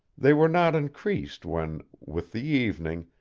they were not increased when, with the evening,